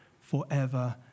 forever